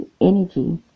energy